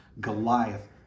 Goliath